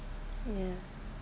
ya